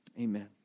Amen